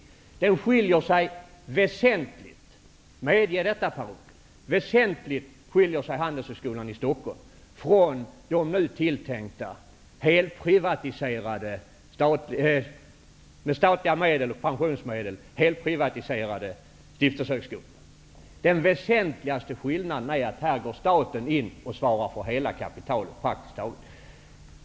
Handelshögskolan i Stockholm skiljer sig väsentligt -- medge det, Per Unckel -- från de nu tilltänkta, med statliga pensionsmedel helprivatiserade stiftelsehögskolorna. Den väsentligaste skillnaden är att staten här går in och svarar för praktiskt taget hela kapitalet.